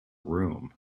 room